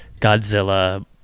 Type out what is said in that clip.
Godzilla